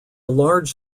large